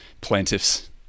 plaintiffs